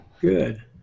Good